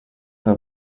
that